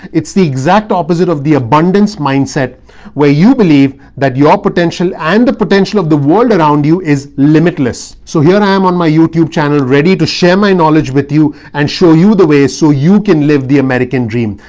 it's the exact opposite of the abundance mindset where you believe that your potential and the potential of the world around you is limitless. so here i am on my youtube channel, ready to share my knowledge with you and show you the way. so you can live the american dream.